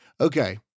Okay